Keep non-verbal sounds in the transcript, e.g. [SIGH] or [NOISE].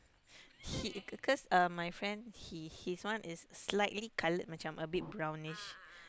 he [BREATH] cause um my friend he his one is slightly coloured macam a bit brownish